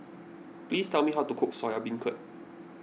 please tell me how to cook Soya Beancurd